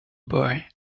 boy